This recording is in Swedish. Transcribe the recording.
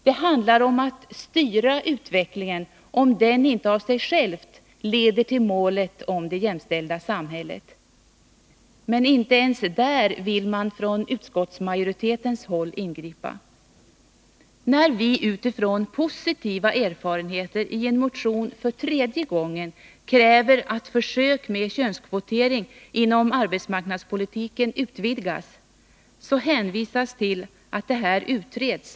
Det handlar om att styra utvecklingen, om den inte av sig själv leder till målet det jämställda samhället. Men inte ens där vill man från utskottsmajoritetens håll ingripa. När vi, utifrån positiva erfarenheter, i en motion för tredje gången kräver att försök med könskvotering inom arbetsmarknadspolitiken skall utvidgas, så hänvisas till att detta f. n. utreds.